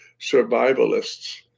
survivalists